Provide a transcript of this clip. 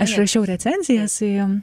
aš rašiau recenzijas į